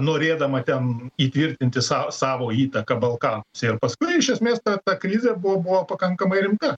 norėdama ten įtvirtinti sau savo įtaką balkanuose ir paskui iš esmės ta ta krizė buvo buvo pakankamai rimta